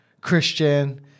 Christian